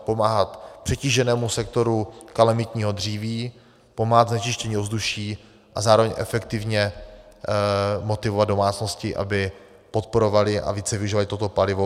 Pomáhat přetíženému sektoru kalamitního dříví, pomáhat znečištění ovzduší a zároveň efektivně motivovat domácnosti, aby podporovaly a více využívaly toto palivo.